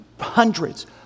hundreds